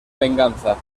venganza